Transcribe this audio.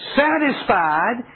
satisfied